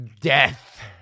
death